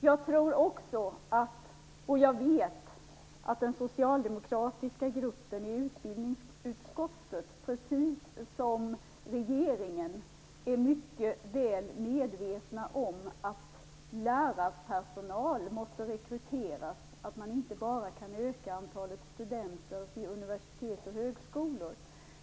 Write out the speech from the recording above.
Jag vet också att den socialdemokratiska gruppen i utbildningsutskottet, precis som regeringen, är mycket väl medveten om att lärarpersonal måste rekryteras, att man inte bara kan öka antalet studenter vid universitet och högskolor.